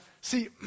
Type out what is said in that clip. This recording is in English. see